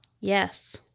Yes